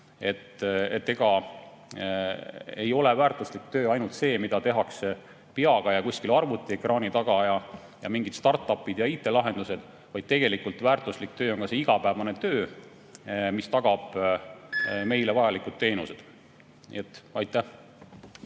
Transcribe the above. Ei ole väärtuslik töö ainult see, mida tehakse peaga ja kusagil arvutiekraani taga. No mingidstart-up'id ja IT-lahendused. Tegelikult väärtuslik töö on ka see igapäevane töö, mis tagab meile vajalikud teenused. Aitäh